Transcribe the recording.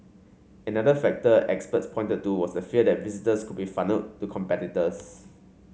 another factor experts pointed to was the fear that visitors could be funnelled to competitors